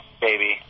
baby